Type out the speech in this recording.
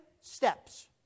steps